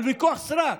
על ויכוח סרק.